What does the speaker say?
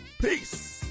Peace